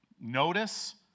Notice